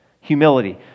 Humility